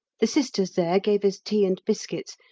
the sisters there gave us tea and biscuits,